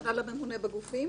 הכוונה לממונה בגופים?